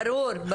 ברור.